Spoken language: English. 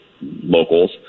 locals